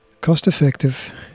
Cost-effective